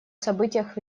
событиях